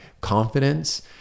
confidence